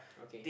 okay